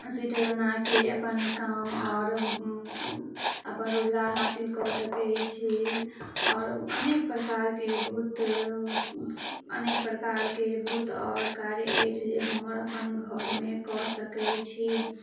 sweater बनाके अपन काम आओर अपन रोजगार हासिल कऽ सकैत छी और अनेक प्रकारके बहुत अनेक प्रकारके बहुत और कार्य अइछ जे हमर अपन घरमे कऽ सकै छी